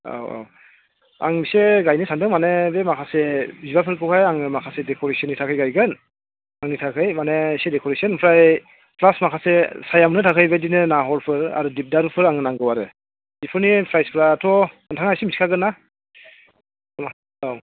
औ औ आं इसे गायनो सानदों माने बे माखासे बिबारफोरखौहाय आङो माखासे देक'रेसननि थाखाय गायगोन आंनि थाखाय माने एसे देक'रेसन ओमफ्राय प्लास माखासे साया मोन्नो थाखाय बेबायदिनो नाहरफोर आरो देबदारुफोर आंनो नांगौ आरो बेफोरनि फ्रायसफ्राथ' नोंथाङा इसे मिन्थिखागोन ना औ